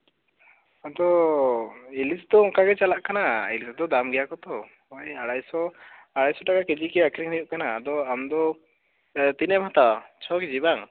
ᱟᱫᱚ ᱤᱞᱤᱥ ᱫᱚ ᱚᱱᱠᱟ ᱜᱮ ᱪᱟᱞᱟᱜ ᱠᱟᱱᱟ ᱤᱞᱤᱥ ᱫᱚ ᱫᱟᱢ ᱜᱮᱭᱟ ᱠᱚᱛᱚ ᱱᱚᱜᱼᱚᱭ ᱟᱲᱟᱭ ᱥᱚ ᱟᱲᱟᱭᱥᱚ ᱴᱟᱠᱟ ᱠᱮᱡᱤ ᱜᱮ ᱟᱹᱠᱷᱟᱨᱤᱧ ᱦᱩᱭᱩᱜ ᱠᱟᱱᱟ ᱟᱫᱚ ᱟᱢ ᱫᱚ ᱛᱤᱱᱟᱹᱜ ᱮᱢ ᱦᱟᱛᱟᱣᱟ ᱪᱷᱚ ᱠᱮᱡᱤ ᱵᱟᱝ